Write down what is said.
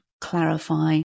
clarify